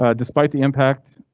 ah despite the impact,